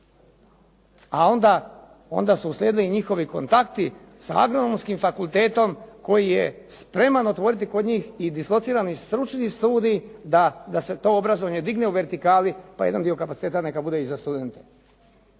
A onda su uslijedili njihovi kontakti sa Agronomskim fakultetom koji je spreman otvoriti kod njih i dislocirani stručni studij da se to obrazovanje digne u vertikali pa jedan dio kapaciteta neka bude i za studente.